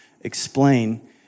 explain